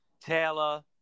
Taylor